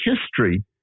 history